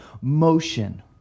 motion